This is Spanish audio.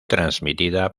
transmitida